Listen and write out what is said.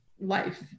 life